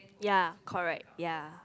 ya correct ya